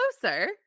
Closer